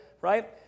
right